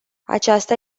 aceasta